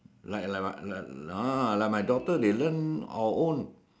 like like like like my daughter they learn on their own